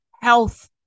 health